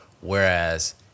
Whereas